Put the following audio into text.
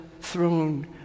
throne